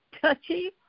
touchy